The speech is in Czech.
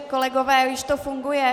Kolegové, už to funguje?